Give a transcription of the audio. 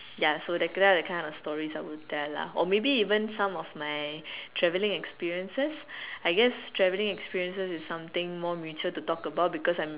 ya so that kind of stories I could tell lah or maybe even some of my travelling experiences I guess travelling experiences is something more mutual to talk about because I'm